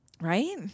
right